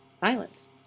silence